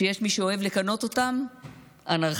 שיש מי שאוהב לכנות אותם "אנרכיסטים",